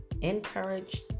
encouraged